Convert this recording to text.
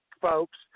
folks